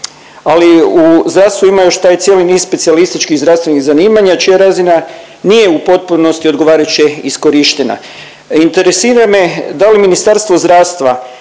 Ali u zdravstvu ima još taj cijeli niz specijalističkih zdravstvenih zanimanja čija razina nije u potpunosti odgovarajuće iskorištena. Interesira me da li Ministarstvo zdravstva